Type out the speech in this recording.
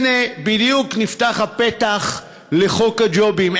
הנה, בדיוק נפתח הפתח לחוק הג'ובים.